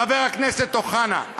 השנה, חבר הכנסת אוחנה,